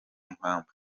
impamvu